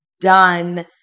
done